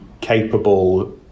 capable